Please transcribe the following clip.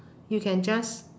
you can just